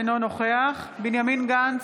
אינו נוכח בנימין גנץ,